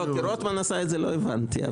כשרוטמן עשה את זה לא הבנתי.